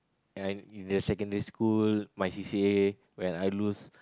I in the secondary school my C_C_A when I lose